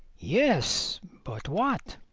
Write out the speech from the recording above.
yes, but what?